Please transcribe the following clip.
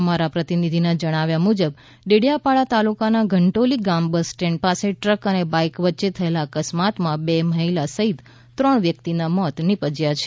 અમારા પ્રતિનિધિના જણાવ્યા મુજબ ડેડીયાપાડા તાલુકાના ધંરોળી ગામના બસ સ્ટેડન્ડ પાસે ટ્રક અને બાઈક વચ્ચે થયેલા અકસ્માતમાં બે મહિલા સહિત ત્રણ વ્યકિતનાં મોત નીપજ્યા છે